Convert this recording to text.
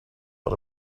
but